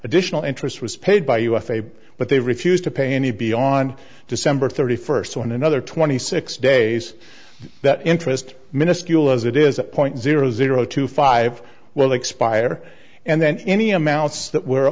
additional interest was paid by us a but they refused to pay any beyond december thirty first on another twenty six days that interest miniscule as it is point zero zero two five well expire and then any amounts that were